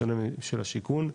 בשונה מהשיכון,